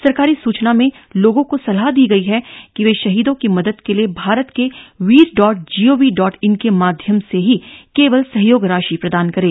सरकारी सूचना में लोगों को सलाह दी गई है कि वे शहीदों की मदद के लिए Bharat ke Veer dot gov dot in के माध्यम से ही केवल सहयोग राशि प्रदान करे